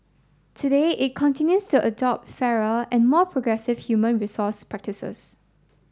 today it continues to adopt fairer and more progressive human resource practices